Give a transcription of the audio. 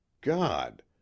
God